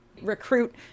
recruit